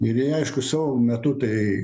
ir ji aišku savo metu tai